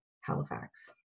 Halifax